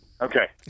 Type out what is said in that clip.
Okay